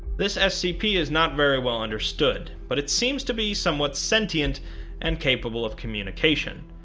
this scp is not very well understood, but it seems to be somewhat sentient and capable of communication,